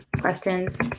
questions